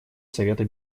совета